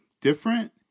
different